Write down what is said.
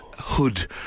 hood